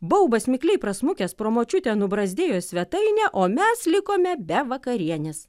baubas mikliai prasmukęs pro močiutę nubrazdėjo svetainę o mes likome be vakarienės